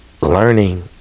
learning